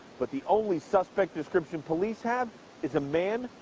but the only suspect description police have is a man.